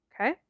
Okay